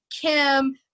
Kim